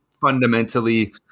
fundamentally